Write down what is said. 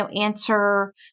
answer